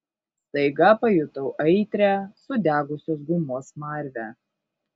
staiga pajutau aitrią sudegusios gumos smarvę